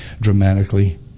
dramatically